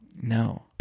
No